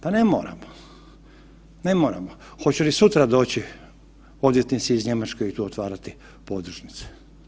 Pa ne moramo, ne moramo, hoće li sutra doći odvjetnici iz Njemačke i tu otvarati podružnice?